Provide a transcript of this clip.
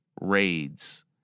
raids